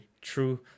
true